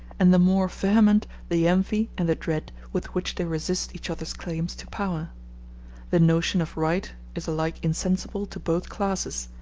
and the more vehement the envy and the dread with which they resist each other's claims to power the notion of right is alike insensible to both classes,